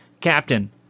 Captain